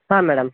ಹಾಂ ಮೇಡಮ್